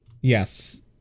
Yes